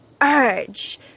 urge